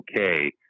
okay